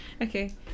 okay